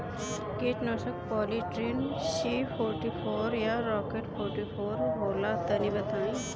कीटनाशक polytrin C forty four या rocket forty four होला तनि बताई?